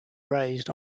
raised